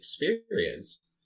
experience